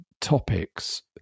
topics